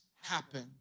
happen